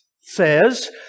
says